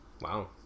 wow